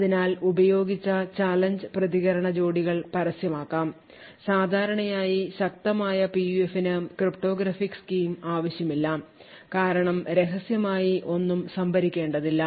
അതിനാൽ ഉപയോഗിച്ച ചലഞ്ച് പ്രതികരണ ജോഡികൾ പരസ്യമാക്കാം സാധാരണയായി ശക്തമായ PUF ന് ക്രിപ്റ്റോഗ്രാഫിക് സ്കീം ആവശ്യമില്ല കാരണം രഹസ്യമായി ഒന്നും സംഭരിക്കേണ്ടതില്ല